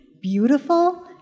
beautiful